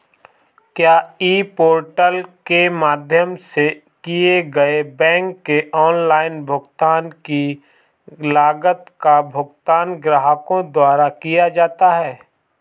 क्या e portal के माध्यम से किए गए बैंक के ऑनलाइन भुगतान की लागत का भुगतान ग्राहकों द्वारा किया जाता है?